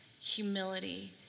humility